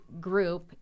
group